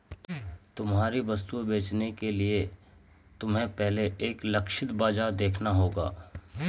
तुम्हारी वस्तुएं बेचने के लिए तुम्हें पहले एक लक्षित बाजार देखना होगा